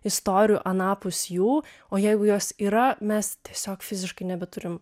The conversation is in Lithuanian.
istorijų anapus jų o jeigu jos yra mes tiesiog fiziškai nebeturim